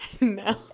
no